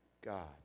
God